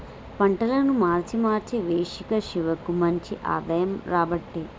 పంటలను మార్చి మార్చి వేశిన శివకు మంచి ఆదాయం రాబట్టే